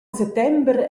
settember